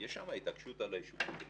יש שם התעקשות על היישובים,